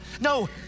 No